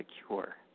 secure